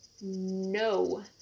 no